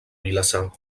vilassar